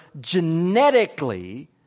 genetically